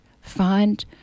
find